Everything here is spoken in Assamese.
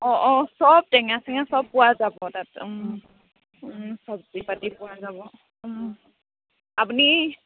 অঁ অঁ চব টেঙা চেঙা সব পোৱা যাব তাত চব্জি পাতি পোৱা যাব আপুনি